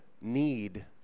Need